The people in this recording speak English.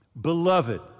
Beloved